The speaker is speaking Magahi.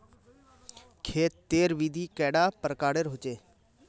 खेत तेर विधि कैडा प्रकारेर होचे?